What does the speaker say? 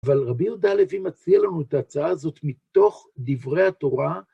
אבל רבי יהודה הלוי מציע לנו את ההצעה הזאת מתוך דברי התורה.